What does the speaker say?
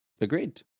Agreed